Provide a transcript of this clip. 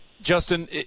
Justin